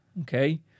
Okay